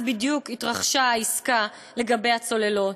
אז בדיוק התרחשה העסקה לגבי הצוללות,